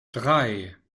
drei